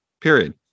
Period